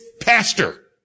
pastor